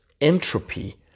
entropy